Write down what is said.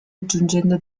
aggiungendo